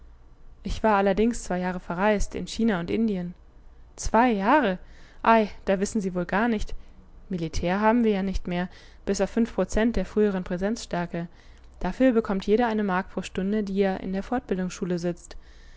ich war allerdings zwei jahre verreist in china und indien zwei jahre ei da wissen sie wohl gar nicht militär haben wir ja nicht mehr bis auf fünf prozent der früheren präsenzstärke dafür bekommt jeder eine mark pro stunde die er in der fortbildungsschule sitzt